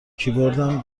کیبوردم